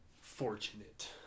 fortunate